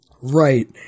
right